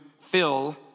fill